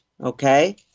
Okay